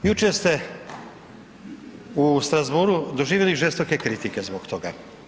Jučer ste u Strasbourgu doživjeli žestoke kritike zbog toga.